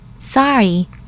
sorry